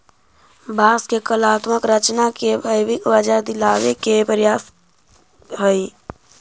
बाँस के कलात्मक रचना के वैश्विक बाजार दिलावे के प्रयास हई